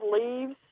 leaves